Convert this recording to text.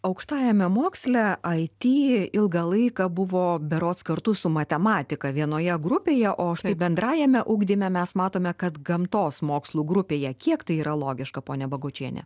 aukštajame moksle ai ty ilgą laiką buvo berods kartu su matematika vienoje grupėje o štai bendrajame ugdyme mes matome kad gamtos mokslų grupėje kiek tai yra logiška pone bagočiene